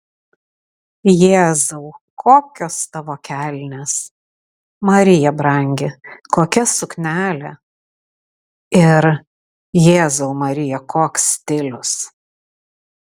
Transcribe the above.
jėzau kokios tavo kelnės marija brangi kokia suknelė ir jėzau marija koks stilius